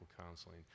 counseling